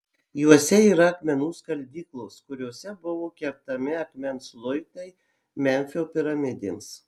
juose yra akmenų skaldyklos kuriose buvo kertami akmens luitai memfio piramidėms